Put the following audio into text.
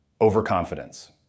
overconfidence